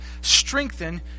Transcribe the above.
Strengthen